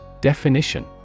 Definition